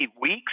weeks